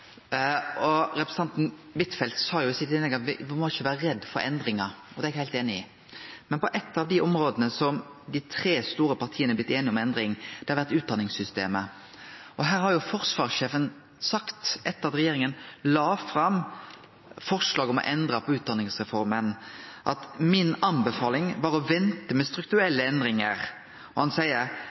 gjort. Representanten Huitfeldt sa i innlegget sitt at me ikkje må vere redde for endringar. Det er eg heilt einig i. Eitt av dei områda som dei tre store partia er blitt einige om endring i, er utdanningssystemet. Her har forsvarssjefen sagt, etter at regjeringa la fram forslag om å endre på utdanningsreforma: «Min anbefaling var å vente med strukturelle endringer Han seier